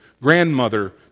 grandmother